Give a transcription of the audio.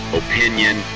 opinion